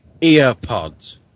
Earpods